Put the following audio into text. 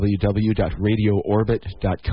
www.radioorbit.com